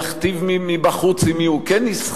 להכתיב מבחוץ עם מי הוא כן יסחר,